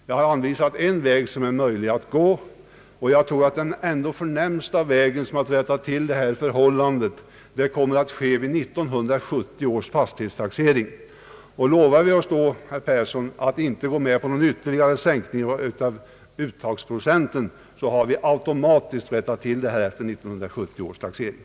Jag har anvisat en framkomlig väg. Jag tror att det bästa tillfället att rätta till det här förhållandet kommer vid 1970 års fastighetstaxering. Om vi, herr Persson, lovar oss att då inte acceptera någon ytterligare sänkning av uttagsprocenten kommer vi efter denna taxering att automatiskt ha rättat till det här påtalade förhållandet.